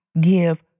give